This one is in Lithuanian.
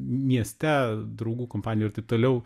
mieste draugų kompanijoj ir taip toliau